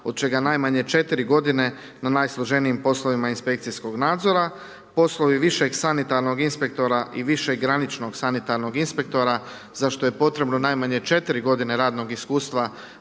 od čega najmanje 4 godine na najsloženijim poslovima inspekcijskog nadzora, poslovi višeg sanitarnog inspektora i višegraničnog sanitarnog inspektora za što je potrebno najmanje 4 godine radnog iskustva